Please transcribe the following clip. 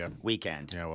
weekend